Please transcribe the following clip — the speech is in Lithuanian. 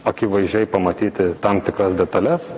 akivaizdžiai pamatyti tam tikras detales